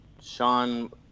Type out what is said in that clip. sean